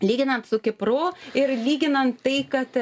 lyginant su kipru ir lyginant tai kad